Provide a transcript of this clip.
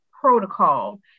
protocol